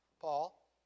Paul